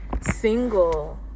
single